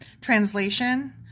translation